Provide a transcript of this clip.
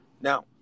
Now